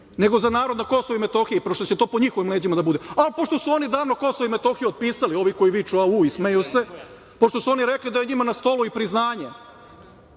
nego za narod na Kosovu i Metohiji, pošto će to njihovim leđima da bude. Ali, pošto su oni davno Kosovo i Metohiju otpisali, ovi koji viču - aaauuu i smeju se, pošto su oni rekli da je njima na stolu i priznanje